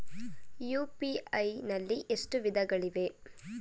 UPI ನಲ್ಲಿ ಎಷ್ಟು ವಿಧಗಳಿವೆ?